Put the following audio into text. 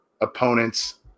opponent's